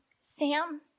Sam